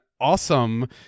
awesome